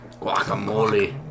Guacamole